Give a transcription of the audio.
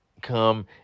come